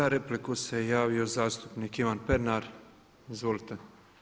Za repliku se javio zastupnik Ivan Pernar, izvolite.